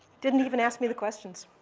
didn't even ask me the questions.